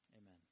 Amen